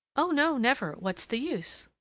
oh! no, never! what's the use?